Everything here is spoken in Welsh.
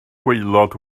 gwaelod